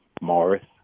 Morris